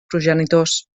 progenitors